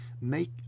make